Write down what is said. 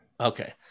Okay